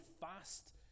fast